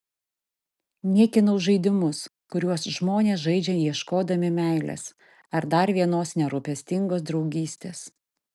niekinau žaidimus kuriuos žmonės žaidžia ieškodami meilės ar dar vienos nerūpestingos draugystės